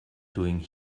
doing